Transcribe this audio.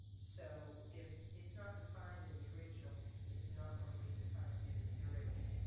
so if it's not defined in the original it's not going to be defined in the derivative.